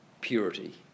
purity